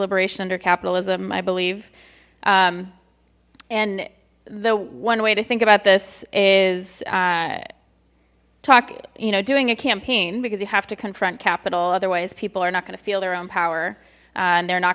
liberation under capitalism i believe and the one way to think about this is talk you know doing a campaign because you have to confront capital otherwise people are not going to feel their own power and they're not